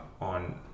on